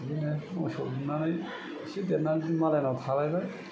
बिदिनो मोसौ गुमनानै एसे देरनानै मालायनाव थालायबाय